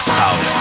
House